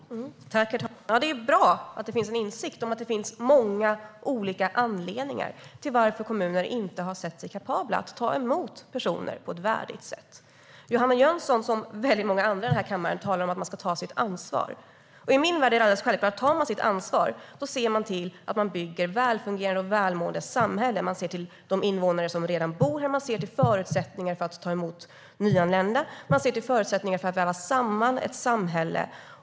Herr talman! Det är bra att det finns en insikt om att det finns många olika anledningar till att kommuner inte har ansett sig kapabla att ta emot personer på ett värdigt sätt. Johanna Jönsson talar liksom många andra här i kammaren om att man ska ta sitt ansvar. I min värld är det självklart att om man tar sitt ansvar, då ser man till att man bygger ett välfungerande och välmående samhälle. Man ser till de invånare som redan bor här. Man ser till förutsättningarna för att ta emot nyanlända och för att väva samman ett samhälle.